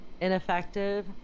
ineffective